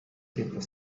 people